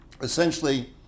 Essentially